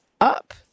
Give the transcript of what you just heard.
up